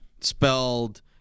Spelled